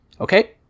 Okay